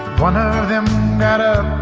one ah of of them that ah